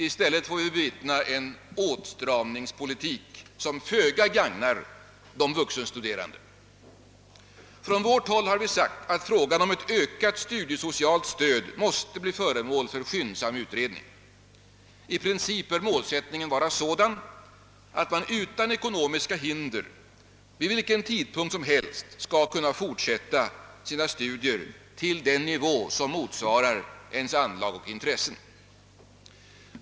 I stället får vi bevittna en åtstramningspolitik som föga gagnar de vuxenstuderande. Vi har framhållit att frågan om ett ökat studiesocialt stöd måste bli föremål för skyndsam utredning. I princip bör målsättningen vara sådan, att man utan ekonomiska hinder vid vilken tidpunkt som helst skall kunna fortsätta sina studier till den nivå som motsvarar ens anlag och intressen.